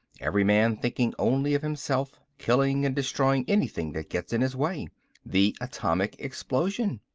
every man thinking only of himself, killing and destroying anything that gets in his way the atomic explosion.